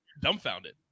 dumbfounded